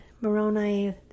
Moroni